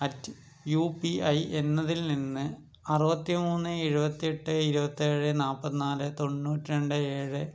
at U P I എന്നതിൽ നിന്ന് അറുപത്തിമൂന്ന് എഴുപത്തിയെട്ട് ഇരുപത്തി ഏഴ് നാൽപ്പത്തി നാല് തോന്നൂറ്റിരണ്ട് ഏഴ് അറ്റ്